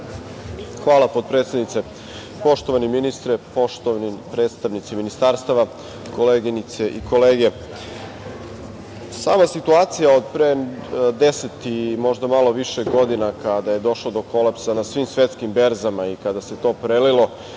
Hvala, potpredsednice. Poštovani ministre, poštovani predstavnici ministarstava, koleginice i kolege, sama situacija od pre 10 i možda malo više godina kada je došlo do kolapsa na svim svetskim berzama i kada se to prelilo